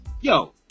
yo